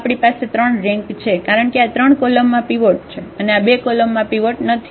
આમ આપણી પાસે 3 રેન્ક છે કારણ કે આ 3 કોલમમાં પીવોટ છે અને આ બે કોલમમાં પીવોટ નથી